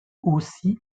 aussi